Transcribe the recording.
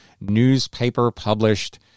newspaper-published